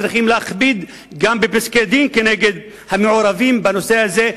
צריכים להכביד גם בפסקי-דין נגד המעורבים בנושא הזה,